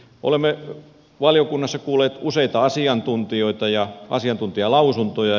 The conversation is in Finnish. olemme valiokunnassa kuulleet useita asiantuntijoita ja asiantuntijalausuntoja